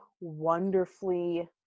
wonderfully